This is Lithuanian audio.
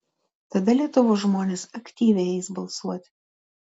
tada lietuvos žmonės aktyviai eis balsuoti